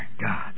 God